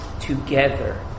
together